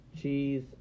Cheese